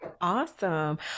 Awesome